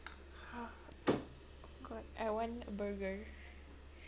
!huh! god I want burger